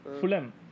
Fulham